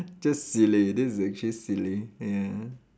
just silly this is actually silly ya